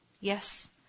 Yes